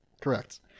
Correct